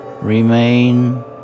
remain